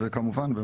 וכמובן,